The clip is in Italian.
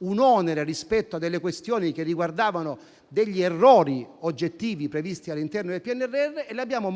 un onere rispetto a questioni che riguardavano errori oggettivi previsti all'interno del PNRR; abbiamo quindi attuato delle